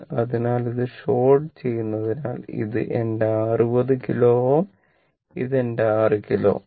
അതിനാൽ ഇത് ഷോർട് ചെയ്യുതിനാൽ ഇത് എന്റെ 60 കിലോ Ω ഇത് എന്റെ 6 കിലോ Ω